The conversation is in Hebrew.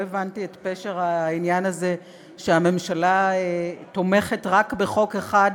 לא הבנתי את פשר העניין הזה שהממשלה תומכת רק בחוק אחד